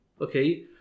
Okay